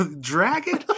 Dragon